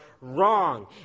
wrong